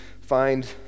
find